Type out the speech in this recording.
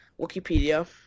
Wikipedia